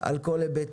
על כל היבטיה,